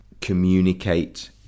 communicate